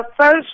first